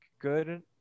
good